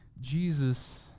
Jesus